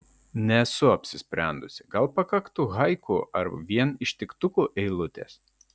nesu apsisprendusi gal pakaktų haiku arba vien ištiktukų eilutės